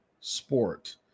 sport